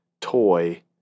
toy